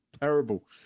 Terrible